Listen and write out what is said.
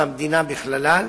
והמדינה בכללם,